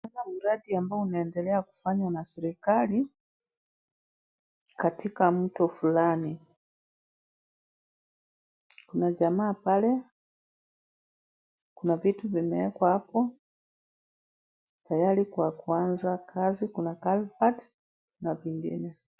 Hapa ni uradi ambayo inaendelea kufanywa na serikali katika mto fulani. Kuna jamaa pale. Kuna viti vimeekwa hapo tayari kwa kuanza kazi. Kuna calbat na vingine.